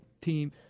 team